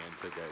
today